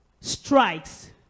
strikes